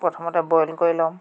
প্ৰথমতে বইল কৰি ল'ম